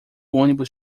ônibus